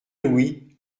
louis